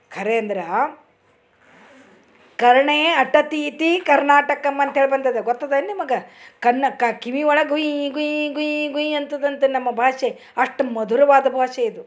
ಖರೆ ಅಂದರೆ ಕರ್ಣೇ ಅಟತೀತಿ ಕರ್ಣಾಟಕಮ್ ಅಂತೇಳಿ ಬಂದಿದೆ ಗೊತ್ತಿದೇನ್ ನಿಮಗೆ ಕಣ್ಣು ಕ್ಕ ಕಿವಿ ಒಳಗೆ ಗುಯ್ ಗುಯ್ ಗುಯ್ ಗುಯ್ ಅಂತದಂತೆ ನಮ್ಮ ಭಾಷೆ ಅಷ್ಟು ಮಧುರವಾದ ಭಾಷೆ ಇದು